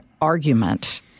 argument